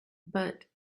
but